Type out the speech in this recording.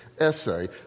essay